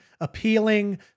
appealing